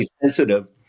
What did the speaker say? sensitive